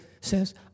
says